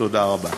תודה רבה.